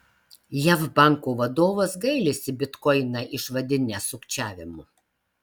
jav banko vadovas gailisi bitkoiną išvadinęs sukčiavimu